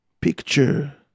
picture